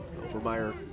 Overmeyer